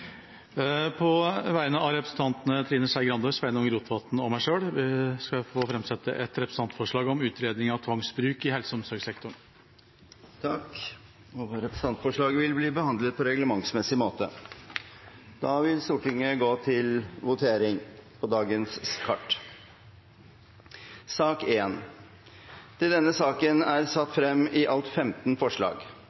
På vegne av representantene Trine Skei Grande, Sveinung Rotevatn og meg selv skal jeg få framsette et representantforslag om utredning av tvangsbruk i helse- og omsorgssektoren. Representantforslaget vil bli behandlet på reglementsmessig måte. Da vil Stortinget gå til votering. Under debatten er det satt frem i alt 15 forslag. Det er